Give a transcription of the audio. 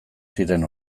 ziren